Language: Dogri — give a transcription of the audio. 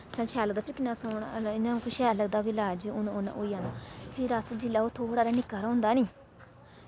सानूं शैल लगदा कि किन्ना सोह्ना इ'यां मतलब कि शैल लगदा फ्हिर लै अज्ज हून उ'न्न होई जाना फिर अस जिल्लै ओह् थोह्ड़ा हारा निक्का हारा होंदा निं